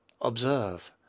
Observe